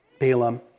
Balaam